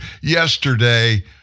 yesterday